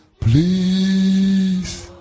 please